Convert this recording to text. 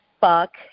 fuck